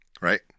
Right